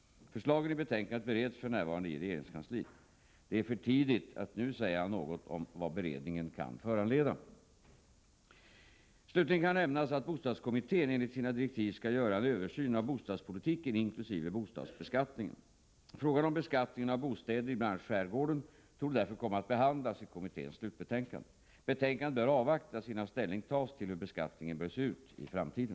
Förslagen i betänkandet bereds f. n. i regeringskansliet. Det är för tidigt att nu säga något om vad beredningen kan föranleda. Slutligen kan nämnas att bostadskommittén enligt sina direktiv skall göra en översyn av bostadspolitiken inkl. bostadsbeskattningen. Frågan om beskattningen av bostäder i bl.a. skärgården torde därför komma att behandlas i kommitténs slutbetänkande. Betänkandet bör avvaktas innan ställning tas till hur beskattningen bör se ut i framtiden.